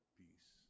peace